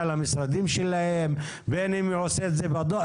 למשרדים שלהם ובין אם הוא עושה את זה בדואר,